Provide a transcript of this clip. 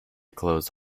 close